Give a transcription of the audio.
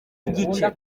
igice